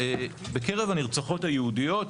בקרב הנרצחות היהודיות,